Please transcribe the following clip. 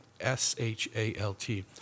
S-H-A-L-T